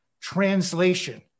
translation